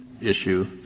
issue